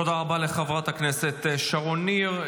תודה רבה לחברת הכנסת שרון ניר.